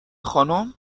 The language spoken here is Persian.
خانم